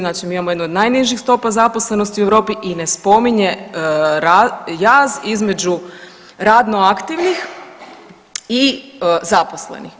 Znači mi imamo jednu od najnižih stopa zaposlenosti u Europi i ne spominje jaz između radno aktivnih i zaposlenih.